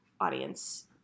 audience